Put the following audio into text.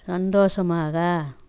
சந்தோஷமாக